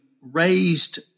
raised